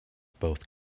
both